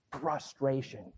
frustration